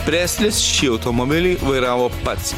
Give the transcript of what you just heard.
preslis šį automobilį vairavo pats